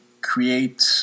create